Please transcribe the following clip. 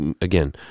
again